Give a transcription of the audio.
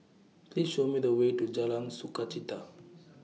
Please Show Me The Way to Jalan Sukachita